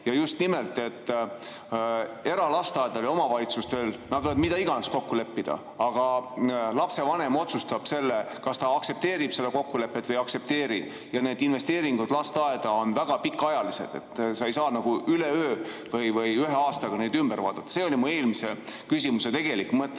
Just nimelt, et eralasteaiad ja omavalitsused võivad mida iganes kokku leppida, aga lapsevanem otsustab, kas ta aktsepteerib seda kokkulepet või ei aktsepteeri. Ja investeeringud lasteaeda on väga pikaajalised, sa ei saa nagu üleöö või ühe aastaga neid ümber vaadata. See oli mu eelmise küsimuse tegelik mõte.